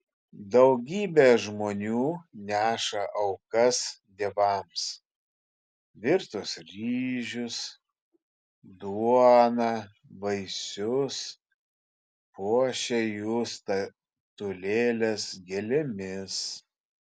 daugybė žmonių neša aukas dievams virtus ryžius duoną vaisius puošia jų statulėles gėlėmis